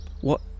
What